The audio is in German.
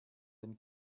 den